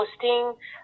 posting